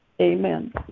amen